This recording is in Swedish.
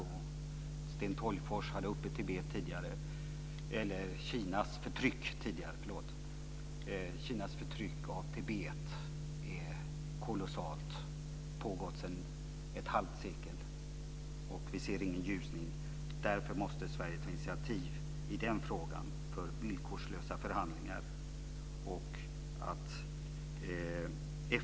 Sten Tolgfors tog upp frågan om Kinas förtryck av Tibet tidigare. Det är kolossalt och har pågått sedan ett halvt sekel. Vi ser ingen ljusning. Därför måste Sverige ta initiativ i den frågan för villkorslösa förhandlingar.